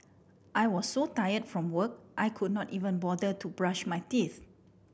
I was so tired from work I could not even bother to brush my teeth